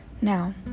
Now